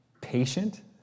patient